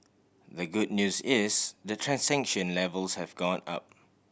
the good news is the transaction levels have gone up